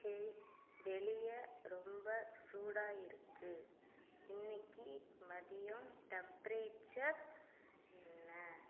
hey வெளியே ரொம்ப சூடாக இருக்கு இன்னைக்கு மதியம் டெம்ப்ரேச்சர் என்ன